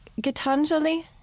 Gitanjali